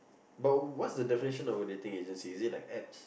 but what's the definition of a dating agency is it like apps